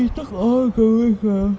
we talked all the way !huh!